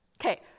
Okay